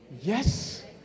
Yes